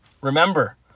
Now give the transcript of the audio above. Remember